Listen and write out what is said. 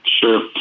Sure